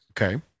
Okay